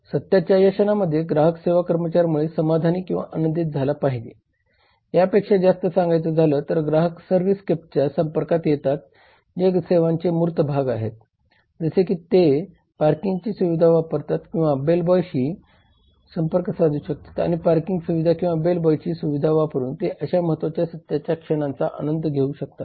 सत्याच्या या क्षणांमध्ये ग्राहक सेवा कर्मचाऱ्यांमुळे समाधानी किंवा आनंदित झाला पाहिजे यापेक्षा जास्त सांगायचं झालं तर ग्राहक सर्व्हिसस्केपच्या संपर्कात येतात जे सेवांचे मूर्त भाग आहेत जसे की ते पार्किंगची सुविधा वापरतात किंवा बेलबॉयशी संपर्क साधू शकतात आणि पार्किंग सुविधा किंवा बेलबॉयची सुविधा वापरून ते अशा महत्वाच्या सत्याच्या क्षणांचा आनंद घेऊ शकतात